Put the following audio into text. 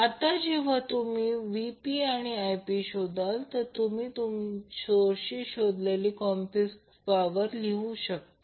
आता जेव्हा तुम्ही Vp आणि Ip शोधाल तुम्ही सोर्सची शोधलेली कॉम्प्लेक्स पॉवर शोधू शकता